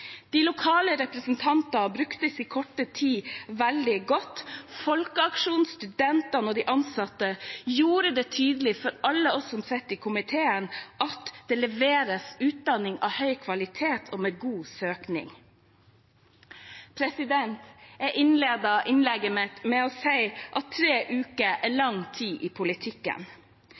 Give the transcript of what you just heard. De lokale representantene brukte sin korte taletid veldig godt. Folkeaksjonen, studentene og de ansatte gjorde det tydelig for alle oss som sitter i komiteen, at det leveres utdanning av høy kvalitet og med god søkning. Jeg innledet innlegget mitt med å si at tre uker er lang tid i politikken.